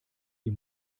die